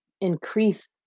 increase